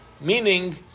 Meaning